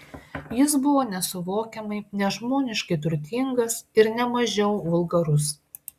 jis buvo nesuvokiamai nežmoniškai turtingas ir ne mažiau vulgarus